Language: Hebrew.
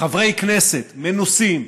חברי כנסת מנוסים,